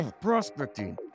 prospecting